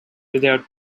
without